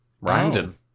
Random